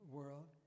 world